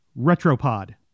Retropod